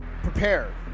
prepare